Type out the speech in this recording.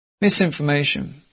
Misinformation